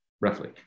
roughly